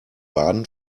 baden